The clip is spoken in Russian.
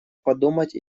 подумать